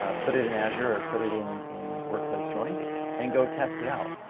ah put it in azure or put it in in workplace join and go test it out.